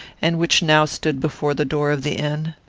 and which now stood before the door of the inn.